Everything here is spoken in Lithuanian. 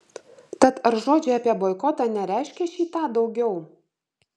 tad ar žodžiai apie boikotą nereiškia šį tą daugiau